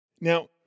Now